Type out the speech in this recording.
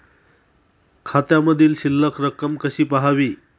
खात्यामधील शिल्लक रक्कम कशी पहावी?